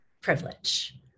privilege